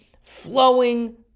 flowing